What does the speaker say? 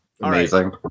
amazing